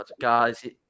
Guys